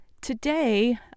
Today